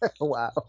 wow